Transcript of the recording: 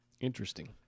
Interesting